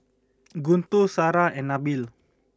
Guntur Sarah and Nabil